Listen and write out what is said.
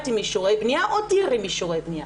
עם אישורי בנייה או דיר עם אישורי בנייה.